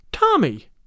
Tommy